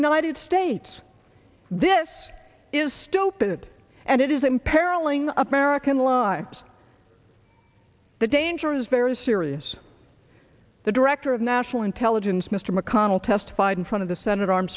united states this is stupid and it is imperiling american lives the danger is very serious the director of national intelligence mr mcconnell testified in front of the senate arm